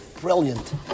Brilliant